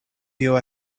tio